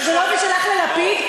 סגלוביץ הלך ללפיד,